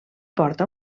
porta